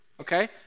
okay